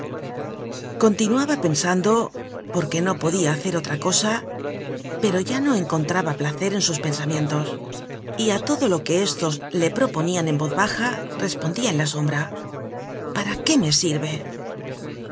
continuaba pensando porque no podia hacer otra csa pero ya no encontraba placer en sus pensamientos y á todo lo que estos le proponian en voz baja respondia en la sombra para qué me sirve